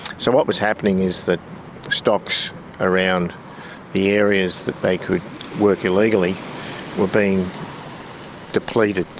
so what was happening is that stocks around the areas that they could work illegally were being depleted,